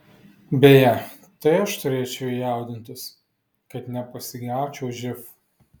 beje tai aš turėčiau jaudintis kad nepasigaučiau živ